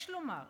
יש לומר: